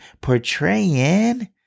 portraying